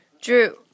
Drew